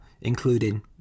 including